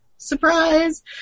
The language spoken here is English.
Surprise